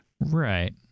right